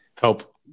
help